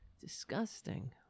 Disgusting